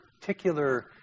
particular